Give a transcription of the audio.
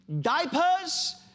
diapers